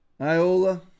Iola